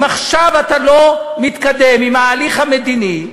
אם עכשיו אתה לא מתקדם עם ההליך המדיני,